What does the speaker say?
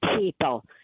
people